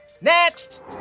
Next